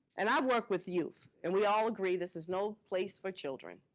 and i work with youth, and we all agree, this is no place for children,